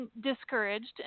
discouraged